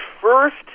first